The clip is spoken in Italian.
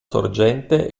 sorgente